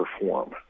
perform